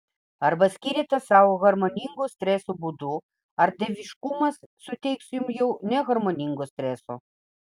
arba skiriate sau harmoningų streso būdų arba dieviškumas suteiks jums jau neharmoningo streso